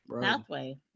pathway